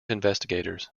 investigators